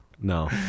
no